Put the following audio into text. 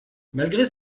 malgré